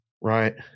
Right